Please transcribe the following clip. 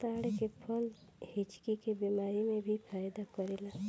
ताड़ के फल हिचकी के बेमारी में भी फायदा करेला